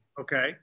Okay